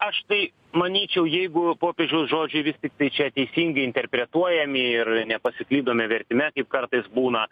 aš tai manyčiau jeigu popiežiaus žodžiai vis tiktai čia teisingai interpretuojami ir nepasiklydome vertime kaip kartais būna